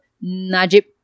Najib